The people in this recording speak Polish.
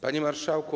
Panie Marszałku!